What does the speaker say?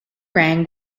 rang